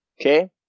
Okay